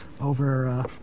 over